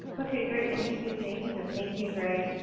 okay, great, thank you james and thank you greg.